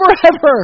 forever